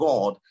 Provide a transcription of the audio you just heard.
God